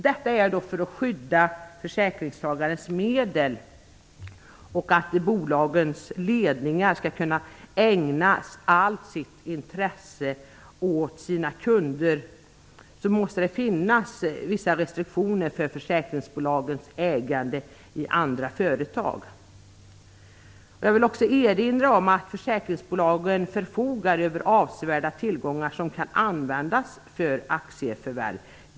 Bestämmelsen finns alltså för att skydda försäkringstagarens medel och för att bolagens ledningar skall kunna ägna allt sitt intresse åt sina kunder. Det måste finnas vissa restriktioner för försäkringsbolagens ägande i andra företag. Jag vill också erinra om att försäkringsbolagen förfogar över avsevärda tillgångar som kan använda för aktieförvärv.